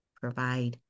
provide